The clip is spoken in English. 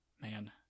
Man